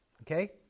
okay